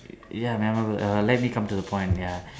ya memorable err let me come to the point ya